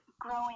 growing